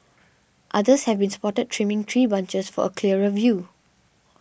others have been spotted trimming tree branches for a clearer view